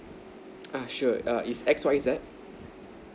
uh sure err its X Y Z